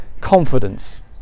confidence